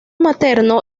materno